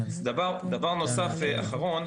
דבר נוסף אחרון,